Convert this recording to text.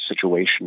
situation